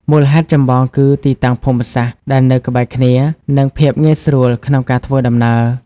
មូលហេតុចម្បងគឺទីតាំងភូមិសាស្ត្រដែលនៅក្បែរគ្នា និងភាពងាយស្រួលក្នុងការធ្វើដំណើរ។